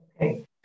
Okay